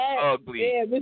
ugly